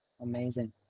Amazing